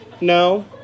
No